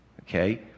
okay